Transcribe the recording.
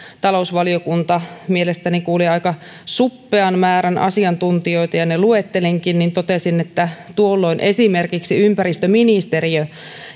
talousvaliokunta mielestäni kuuli aika suppean määrän asiantuntijoita ja ne luettelinkin niin tuolloin esimerkiksi ympäristöministeriö